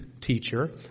teacher